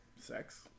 sex